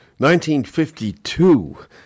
1952